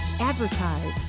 Advertise